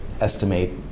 estimate